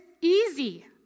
easy